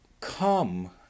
come